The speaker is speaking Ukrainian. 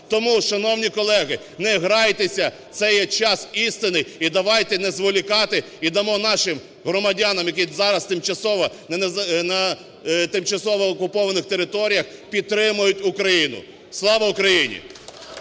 Тому, шановні колеги, не грайтеся, це є час істини. І давайте не зволікати, і дамо нашим громадянам, які зараз тимчасово на тимчасово окупованих територіях підтримують Україну. Слава Україні!